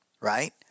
right